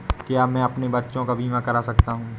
क्या मैं अपने बच्चों का बीमा करा सकता हूँ?